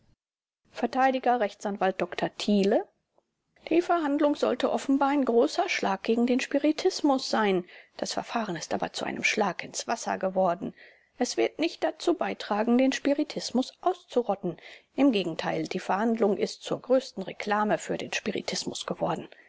vert rechtsanwalt dr thiele die verhandlung sollte offenbar ein großer schlag gegen den spiritismus sein das verfahren ist aber zu einem schlag ins wasser geworden es wird nicht dazu beitragen den spiritismus auszurotten im gegenteil die verhandlung ist zur größten reklame für den spiritismus geworden